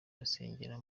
basengera